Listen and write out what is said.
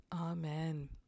amen